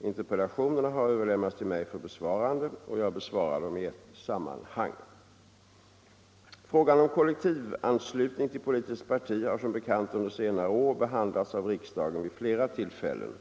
Interpellationerna har överlämnats till mig för besvarande. Jag besvarar dem i ett sammanhang. Frågan om kollektivanslutning till politiskt parti har som bekant under senare år behandlats av riksdagen vid flera tillfällen.